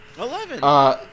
Eleven